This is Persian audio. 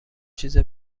چیز